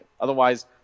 Otherwise